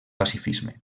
pacifisme